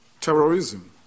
terrorism